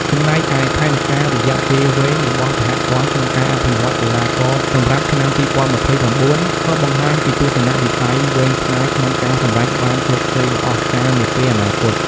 ចំណែកឯ ផែនការរយៈពេលវែងរបស់សហព័ន្ធក្នុងការអភិវឌ្ឍកីឡាករសម្រាប់ឆ្នាំ ២០២៩ ក៏បង្ហាញពីទស្សនៈវិស័យវែងឆ្ងាយក្នុងការសម្រេចបានជោគជ័យដ៏អស្ចារ្យនាពេលអនាគត។